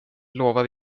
lovade